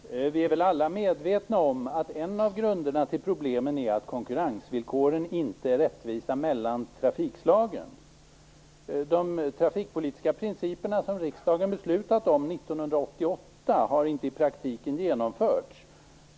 Fru talman! Vi är väl alla medvetna om att en av grunderna till problemen är att konkurrensvillkoren inte är rättvisa mellan trafikslagen. De trafikpolitiska principer som riksdagen beslutade om 1988 har inte i praktiken genomförts.